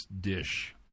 dish